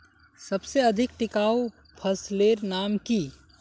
सबसे अधिक टिकाऊ फसलेर नाम की?